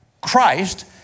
Christ